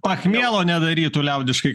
pachmielo nedarytų liaudiškai